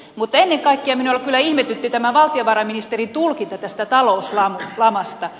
mutta ennen kaikkea minua kyllä ihmetytti tämä valtiovarainministerin tulkinta tästä talouslamasta